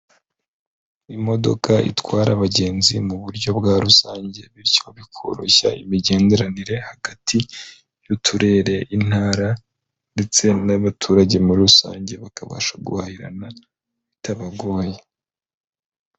Imodoka itwara abagenzi mu buryo bwa rusange, bityo bikoroshya imigenderanire hagati y'uturere, intara, ndetse n'abaturage muri rusange bakabasha guhahirana bitabagoye.